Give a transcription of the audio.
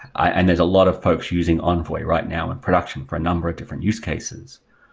and there's a lot of folks using envoy right now in production for a number of different use cases,